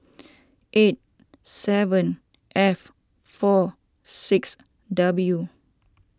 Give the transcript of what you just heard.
eight seven F four six W